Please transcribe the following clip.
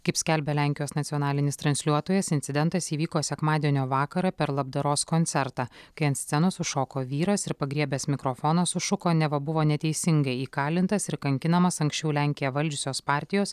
kaip skelbia lenkijos nacionalinis transliuotojas incidentas įvyko sekmadienio vakarą per labdaros koncertą kai ant scenos užšoko vyras ir pagriebęs mikrofoną sušuko neva buvo neteisingai įkalintas ir kankinamas anksčiau lenkiją valdžiusios partijos